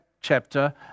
chapter